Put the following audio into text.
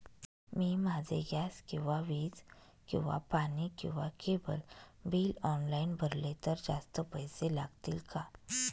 मी माझे गॅस किंवा वीज किंवा पाणी किंवा केबल बिल ऑनलाईन भरले तर जास्त पैसे लागतील का?